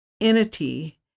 entity